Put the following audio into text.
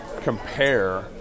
compare